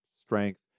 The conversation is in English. strength